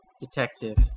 Detective